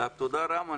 תודה רם.